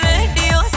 Radio